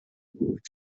بود